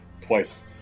Twice